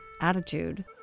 attitude